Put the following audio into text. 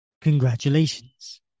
Congratulations